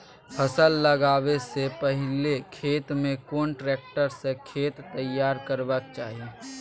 फसल लगाबै स पहिले खेत में कोन ट्रैक्टर स खेत तैयार करबा के चाही?